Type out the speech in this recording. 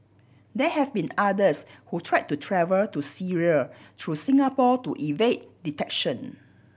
there have been others who tried to travel to Syria through Singapore to evade detection